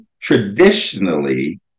traditionally